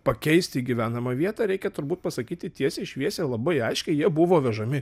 pakeisti gyvenamą vietą reikia turbūt pasakyti tiesiai šviesiai labai aiškiai jie buvo vežami